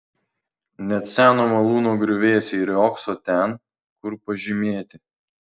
net seno malūno griuvėsiai riogso ten kur pažymėti